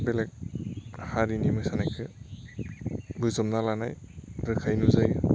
बेलेग हारिनि मोसानायखौ बोजबना लानाय रोखायै नुजायो